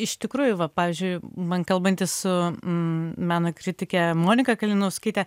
iš tikrųjų va pavyzdžiui man kalbantis su meno kritikę monika kalinauskaitė